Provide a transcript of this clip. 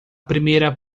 primeira